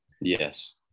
Yes